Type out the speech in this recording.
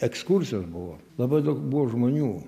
ekskursijos buvo labai daug buvo žmonių